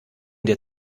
der